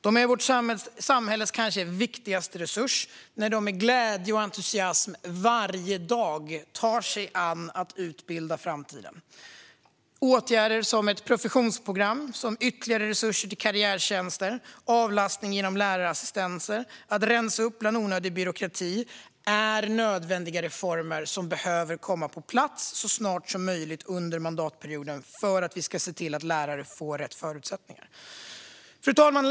De är vårt samhälles kanske viktigaste resurs när de med glädje och entusiasm varje dag tar sig an att utbilda framtiden. Åtgärder som ett professionsprogram, ytterligare resurser till karriärtjänster, avlastning genom lärarassistenter och att rensa upp bland onödig byråkrati är nödvändiga reformer som behöver komma på plats så snart som möjligt under mandatperioden för att lärarna ska få rätt förutsättningar. Fru talman!